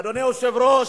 אדוני היושב-ראש,